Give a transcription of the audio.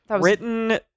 written